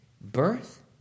Birth